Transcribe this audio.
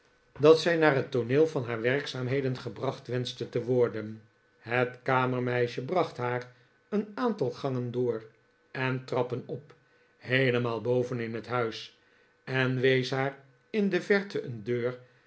dat zij naar het tooneel van haar werkzaamheden gebracht wenschte te worden het kamermeisje bracht haar een aantal gangen door en trappen op heelemaal boven in het huis en wees haar in de verte een deur